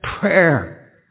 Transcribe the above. prayer